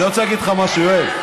אני רוצה להגיד לך משהו, יואל.